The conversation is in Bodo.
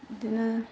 बेदिनो